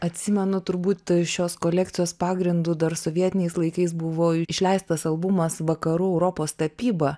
atsimenu turbūt šios kolekcijos pagrindu dar sovietiniais laikais buvo išleistas albumas vakarų europos tapyba